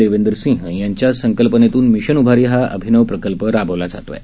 देवेंदर सिंह यांच्या संकल्पनेतून मिशन उभारी हा अभिनव प्रकल्प राबवण्यात येत आहे